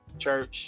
church